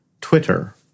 Twitter